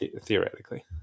Theoretically